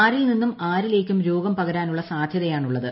ആരിൽ നിന്നും ആരിലേക്കും രോഗം പകരാനുള്ള സാധ്യതയാണുള്ളത്